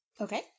Okay